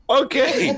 okay